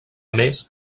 més